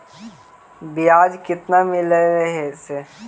बियाज केतना मिललय से?